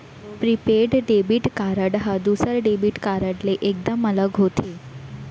prepaid debit card ह दूसर debit card ले एकदम अलग होथे